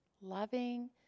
Loving